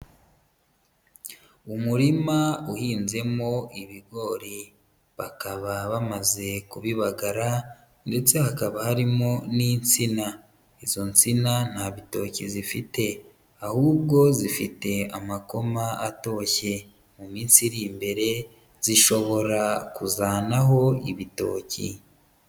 Umurima uhinzemo ibigori, bakaba bamaze kubibagara ndetse hakaba harimo n'insina, izo nsina nta bitoki zifite, ahubwo zifite amakoma atoshye, mu minsi iri imbere zishobora kuzanaho ibitoki.